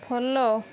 follow